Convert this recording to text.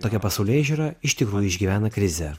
tokia pasaulėžiūra iš tikrųjų išgyvena krizę